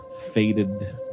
faded